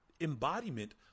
embodiment